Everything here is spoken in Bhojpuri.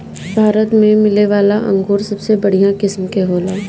भारत में मिलेवाला अंगूर सबसे बढ़िया किस्म के होला